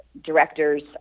directors